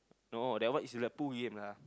no that one is like pool game lah